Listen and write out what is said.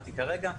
רלוונטי כרגע.